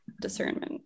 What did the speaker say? discernment